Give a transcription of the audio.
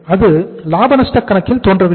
அது லாப நஷ்டக் கணக்கில் தோன்றவில்லை